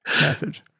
message